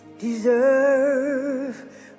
Deserve